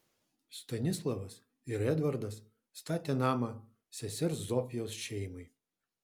stanislavas ir edvardas statė namą sesers zofijos šeimai